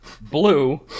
Blue